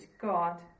God